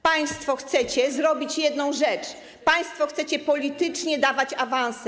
Państwo chcecie zrobić jedną rzecz: państwo chcecie politycznie dawać awanse.